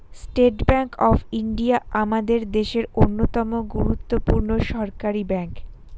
state Bank of India আমাদের দেশের অন্যতম গুরুত্বপূর্ণ সরকারি ব্যাঙ্ক